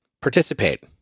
Participate